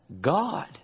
God